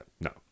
no